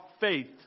faith